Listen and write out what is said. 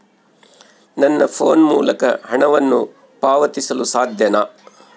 ನನ್ನ ಫೋನ್ ಮೂಲಕ ಹಣವನ್ನು ಪಾವತಿಸಲು ಸಾಧ್ಯನಾ?